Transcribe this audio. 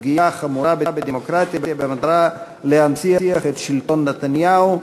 פגיעה חמורה בדמוקרטיה במטרה להנציח את שלטון נתניהו.